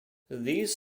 these